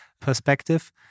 perspective